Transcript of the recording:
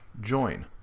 join